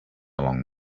along